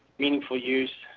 meaningful use,